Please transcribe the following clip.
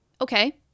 okay